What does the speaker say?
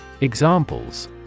Examples